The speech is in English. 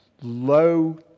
low